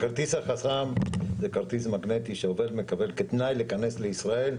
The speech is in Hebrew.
הכרטיס החכם זה כרטיס מגנטי שעובד מקבל כתנאי להיכנס לישראל,